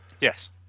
Yes